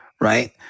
Right